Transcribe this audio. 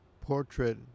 portrait